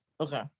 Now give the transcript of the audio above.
Okay